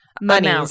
money